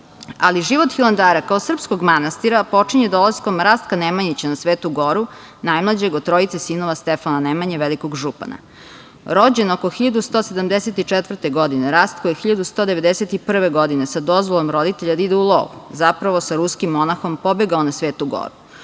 osnivača. Život Hilandara kao srpskog manastira počinje dolaskom Rastka Nemanjića na Svetu Goru, najmlađeg od trojice sinova Stefana Nemanje, velikog župana. Rođen oko 1174. godine Rastko je 1191. godine sa dozvolom roditelja da ide u lov zapravo sa ruskom monahom pobegao na Svetu Goru.